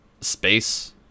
space